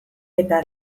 eta